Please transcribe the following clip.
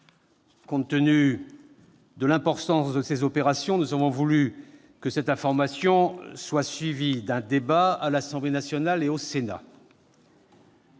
Compte tenu de l'importance de ces opérations, nous avons voulu que cette information soit suivie d'un débat à l'Assemblée nationale et au Sénat.